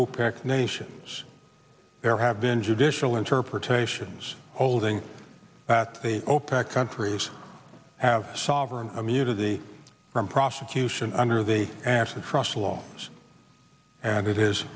opec nations there have been judicial interpretations holding that the opec countries have sovereign immunity from prosecution under the a